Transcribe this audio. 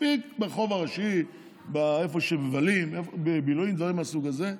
מספיק ברחוב הראשי, איפה שמבלים, דברים מהסוג הזה.